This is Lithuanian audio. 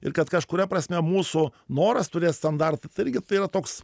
ir kad kažkuria prasme mūsų noras turėt standartą tai irgi yra toks